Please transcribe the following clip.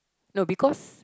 no because